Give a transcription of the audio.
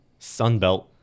Sunbelt